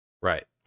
Right